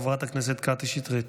חברת הכנסת קטי שטרית.